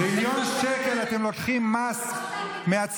טריליון שקל אתם לוקחים מס מהציבור,